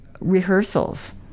rehearsals